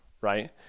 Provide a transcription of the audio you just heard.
Right